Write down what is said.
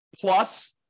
Plus